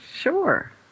Sure